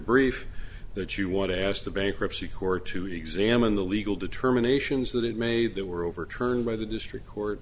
brief that you want to ask the bankruptcy court to examine the legal determinations that it made that were overturned by the district court